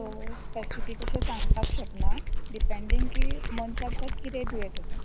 so specific अशें सांगपाक शकना डिपेंडींग कि मनशाक ते किदे दुयेंस आसा